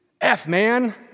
F-man